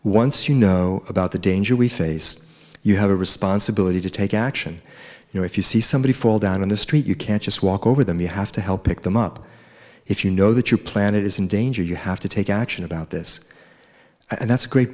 once you know about the danger we face you have a responsibility to take action you know if you see somebody fall down in the street you can't just walk over them you have to help pick them up if you know that your planet is in danger you have to take action about this and that's a great